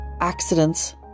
accidents